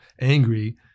angry